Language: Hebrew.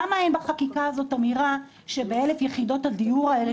למה אין בחקיקה הזאת אמירה שב-1,000 יחידות הדיור האלה